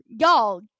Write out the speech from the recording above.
y'all